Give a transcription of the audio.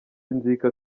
inzika